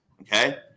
okay